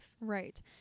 Right